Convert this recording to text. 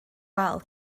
wal